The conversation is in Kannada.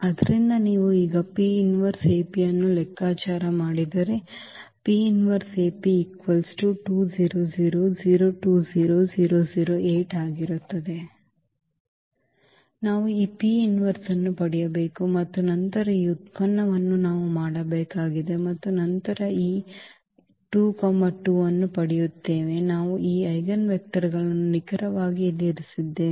ಆದ್ದರಿಂದ ನೀವು ಈಗ ಅನ್ನು ಲೆಕ್ಕಾಚಾರ ಮಾಡಿದರೆ ನಾವು ಈ ಅನ್ನು ಪಡೆಯಬೇಕು ಮತ್ತು ನಂತರ ಈ ಉತ್ಪನ್ನವನ್ನು ನಾವು ಮಾಡಬೇಕಾಗಿದೆ ಮತ್ತು ನಂತರ ನಾವು ಈ 22 ಅನ್ನು ಪಡೆಯುತ್ತೇವೆ ಮತ್ತು ನಾವು ಈ ಐಜೆನ್ವೆಕ್ಟರ್ಗಳನ್ನು ನಿಖರವಾಗಿ ಇಲ್ಲಿ ಇರಿಸಿದ್ದೇವೆ